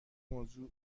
موضوع